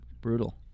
brutal